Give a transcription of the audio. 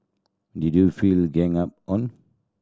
did you feel ganged up on